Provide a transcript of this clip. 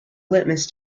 litmus